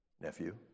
nephew